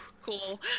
cool